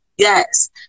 Yes